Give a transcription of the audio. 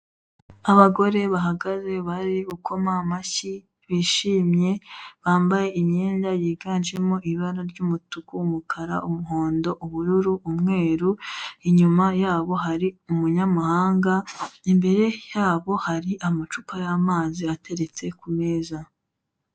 Abagore bahagaze bari gukoma amashyi bishimye bambaye imyenda yiganjemo ibara ry'umutuku, umukara, umuhondo, ubururu, umweru, inyuma yabo hari umunyamahanga, imbere yabo hari amacupa y'amazi ateretse ku meza.